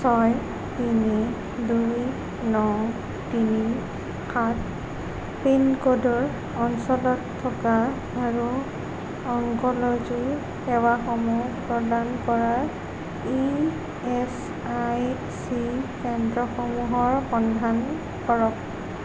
ছয় তিনি দুই ন তিনি সাত পিনক'ডৰ অঞ্চলত থকা আৰু অংক'লজি সেৱাসমূহ প্ৰদান কৰা ই এচ আই চি কেন্দ্ৰসমূহৰ সন্ধান কৰক